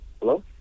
Hello